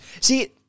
See